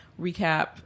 recap